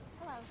Hello